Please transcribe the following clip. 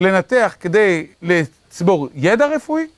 לנתח כדי לצבור ידע רפואי?